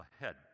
ahead